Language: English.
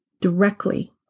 directly